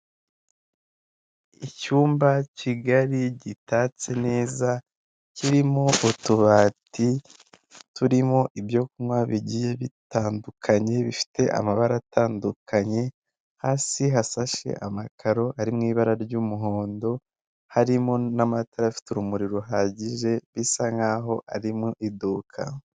Icyumba kigari gitatse neza kirimo utubati turimo ibyo kunywa bigiye bitandukanye bifite amabara atandukanye hasi hasashe amakaro ari mu ibara ry'umuhondo harimo n'amatara afite urumuri ruhagije bisa nkaho arimo iduka.